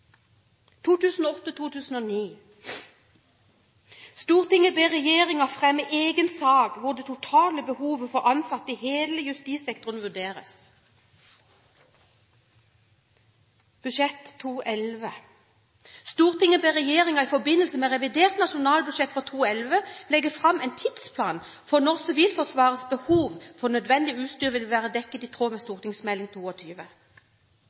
ber regjeringen fremme en egen sak hvor det totale behovet for ansatte i hele justissektoren vurderes.» I Innst. 6 S for 2010–2011: «Stortinget ber regjeringen i forbindelse med revidert nasjonalbudsjett for 2011 legge frem en tidsplan for når Sivilforsvarets behov for nødvendig utstyr vil være dekket i tråd med